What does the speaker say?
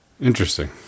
Interesting